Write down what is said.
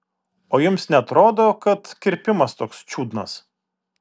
o jums neatrodo kad kirpimas toks čiudnas